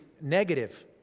negative